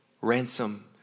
ransom